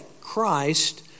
Christ